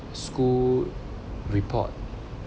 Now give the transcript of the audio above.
school report